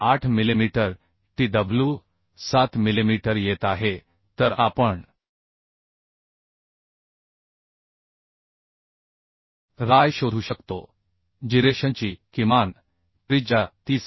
8 millimetre Tw 7 millimetre येत आहे तर आपण Ry शोधू शकतो जिरेशनची किमान त्रिज्या 30